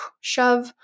shove